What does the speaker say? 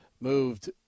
moved